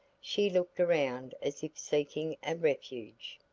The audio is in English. she looked around as if seeking a refuge.